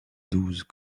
douze